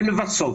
ולבסוף,